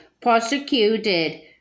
prosecuted